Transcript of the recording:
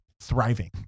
thriving